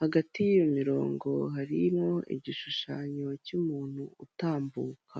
Hagati y'iyo mirongo harimo igishushanyo cy'umuntu utambuka.